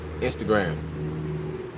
Instagram